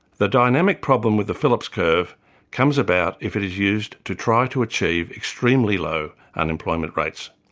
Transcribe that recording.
the dynamic problem with the phillips curve comes about if it is used to try to achieve extremely low unemployment rates.